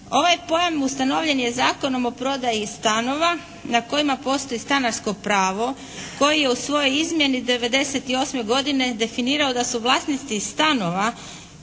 Ovaj pojam ustanovljen je Zakonom o prodaji stanova na kojima postoji stanarsko pravo koji je u svojoj izmjeni '98. godine definirao da su vlasnici stanova